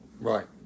right